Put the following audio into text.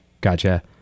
Gotcha